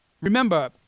Remember